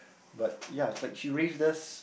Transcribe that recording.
but ya it's like she raised us